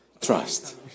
trust